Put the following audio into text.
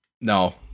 No